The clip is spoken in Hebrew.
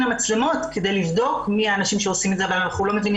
מצלמות כדי לבדוק מי האנשים שעושים את זה אבל אנחנו לא מבינים